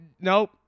Nope